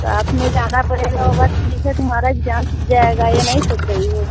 साथ में जाना पड़ेगा वो बस ठीक है तुम्हारा इग्ज़ाम छूट जाएगा ये नहीं सोंच रही हो